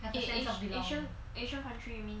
have a sense of belonging asia~ asian country you mean